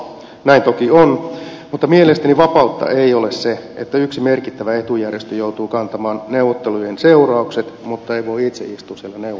näin toki on mutta mielestäni vapautta ei ole se että yksi merkittävä etujärjestö joutuu kantamaan neuvottelujen seuraukset mutta ei voi itse istua siellä neuvottelupöydässä